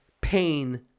pain